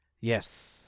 Yes